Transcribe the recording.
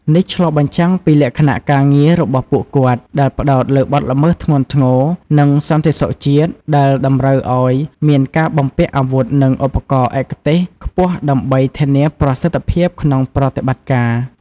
នេះឆ្លុះបញ្ចាំងពីលក្ខណៈការងាររបស់ពួកគាត់ដែលផ្តោតលើបទល្មើសធ្ងន់ធ្ងរ និងសន្តិសុខជាតិ ដែលតម្រូវឲ្យមានការបំពាក់អាវុធនិងឧបករណ៍ឯកទេសខ្ពស់ដើម្បីធានាប្រសិទ្ធភាពក្នុងប្រតិបត្តិការ។